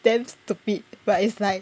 damn stupid but it's like